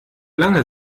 lange